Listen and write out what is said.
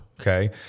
okay